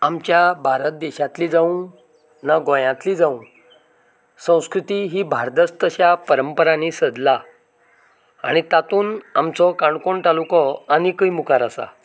आमच्या भारत देशांतली जावं ना गोंयांतली जावं संस्कृती ही भारदस्त अश्या परंपरांनी सजला आनी तातूंत आमचो काणकोण तालुको आनिकूय मुखार आसा